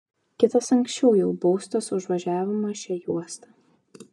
kitas anksčiau jau baustas už važiavimą šia juosta